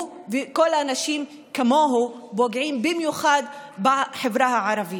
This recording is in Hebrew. הוא וכל האנשים כמוהו פוגעים במיוחד בחברה הערבית.